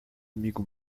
amigo